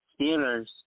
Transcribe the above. Steelers